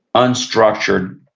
unstructured.